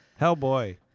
Hellboy